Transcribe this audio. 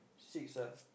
six ah